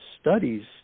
studies